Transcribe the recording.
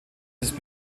ist